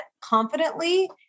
confidently